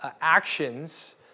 actions